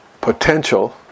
potential